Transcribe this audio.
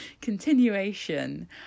continuation